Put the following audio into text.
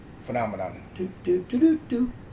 Phenomenon